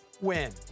win